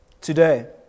today